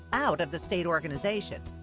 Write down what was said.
out of the state organization.